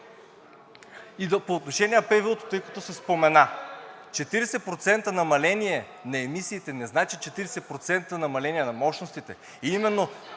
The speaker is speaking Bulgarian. И по отношение на ПВУ-то, тъй като се спомена – 40% намаление на емисиите не значи 40% намаление на мощностите.